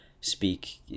speak